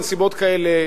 בנסיבות כאלה,